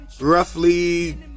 Roughly